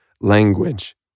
language